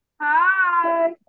Hi